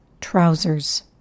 trousers